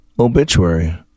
Obituary